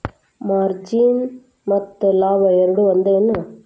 margin ಮತ್ತ ಲಾಭ ಎರಡೂ ಒಂದ ಏನ್